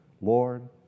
Lord